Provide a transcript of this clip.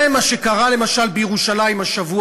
זה מה שקרה למשל בירושלים השבוע.